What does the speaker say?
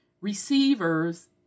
receivers